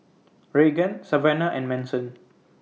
Raegan Savana and Manson